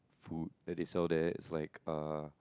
food that they sell there is like uh